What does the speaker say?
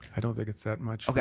i don't think it's that much.